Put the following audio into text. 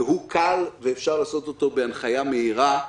והוא קל ואפשר לעשות אותו בהנחיה מהירה: